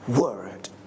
word